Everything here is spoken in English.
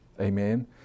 Amen